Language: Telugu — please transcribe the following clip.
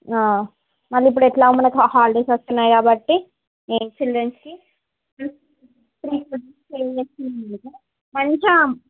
మళ్ళీ ఇప్పుడెట్లో మనకి హాలిడేస్ వస్తున్నాయి కాబట్టి చిల్డ్రన్స్కి మంచిగా